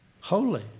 Holy